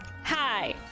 Hi